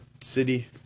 city